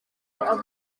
bafite